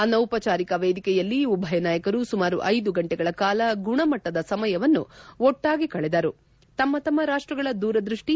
ಅನೌಪಚಾರಿಕ ವೇದಿಕೆಯಲ್ಲಿ ಉಭಯ ನಾಯಕರು ಸುಮಾರು ಐದು ಗಂಟೆಗಳ ಕಾಲ ಗುಣಮಟ್ಟದ ಸಮಯವನ್ನು ಒಟ್ಟಾಗಿ ಕಳೆದರುತಮ್ಮ ತಮ್ಮ ರಾಷ್ಟಗಳ ದೂರದೃಷ್ಷಿ